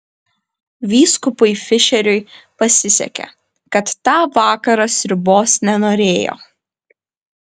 vyskupui fišeriui pasisekė kad tą vakarą sriubos nenorėjo